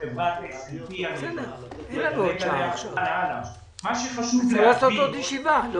מחברת STP. נצטרך לקיים עוד ישיבה.